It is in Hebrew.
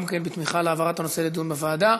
גם הוא בתמיכה בהעברת הנושא לוועדת הכנסת,